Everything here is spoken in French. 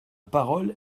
parole